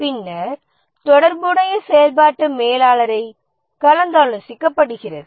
பின்னர் தொடர்புடைய செயல்பாட்டு மேலாளரைக் கலந்தாலோசிக்கப்படுகிறது